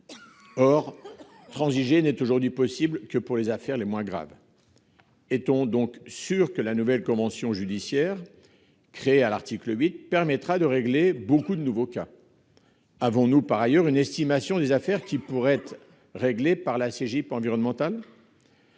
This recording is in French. Or transiger n'est aujourd'hui possible que pour les affaires les moins graves. Est-on sûr, dans ces conditions, que la nouvelle convention judiciaire créée à l'article 8 permettra de régler beaucoup de nouveaux cas ? Avons-nous une estimation du nombre d'affaires qui pourraient être réglées par le biais de la CJIP environnementale ?